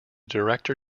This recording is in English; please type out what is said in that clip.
director